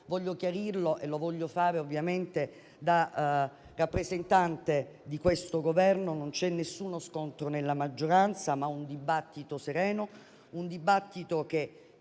voglio chiarire e lo voglio fare da rappresentante di questo Governo. Non c'è alcuno scontro nella maggioranza, ma c'è un dibattito sereno; un dibattito sul